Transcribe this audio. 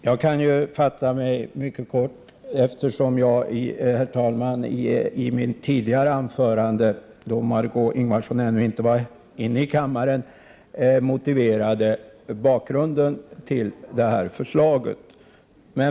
Herr talman! Jag kan fatta mig mycket kort, eftersom jag i mitt tidigare anförande, då Margö Ingvardsson ännu inte var inne i kammaren, redogjorde för bakgrunden till förslaget.